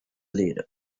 leader